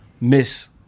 miss